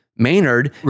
Maynard